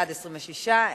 26 בעד,